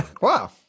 wow